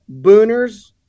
booners